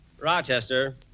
Rochester